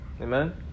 Amen